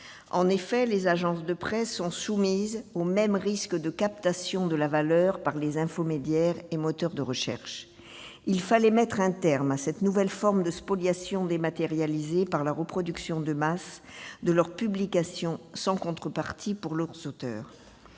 En effet, les agences de presse sont soumises au même risque de captation de la valeur par les infomédiaires et moteurs de recherche. Il fallait mettre un terme à cette nouvelle forme de spoliation dématérialisée par la reproduction de masse des publications, sans contrepartie pour leurs auteurs.